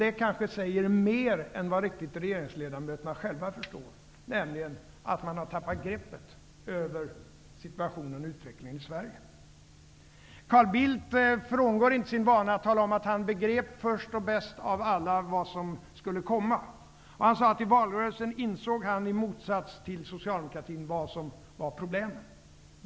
Det kanske säger mer än vad regeringsledamöterna själva riktigt förstår, nämligen att de har tappat greppet över situationen och utvecklingen i Carl Bildt frångår inte sin vana att tala om att han begrep först och bäst av alla vad som skulle komma. Han sade att han, i motsats till socialdemokratin, i valrörelsen insåg vad som var problemen.